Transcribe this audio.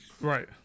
right